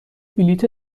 بلیط